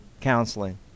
counseling